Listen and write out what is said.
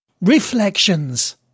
Reflections